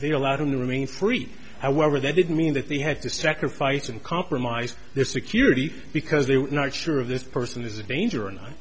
they allowed him to remain free however they didn't mean that they had to sacrifice and compromise their security because they were not sure of this person is a danger